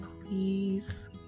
please